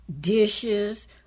dishes